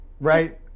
Right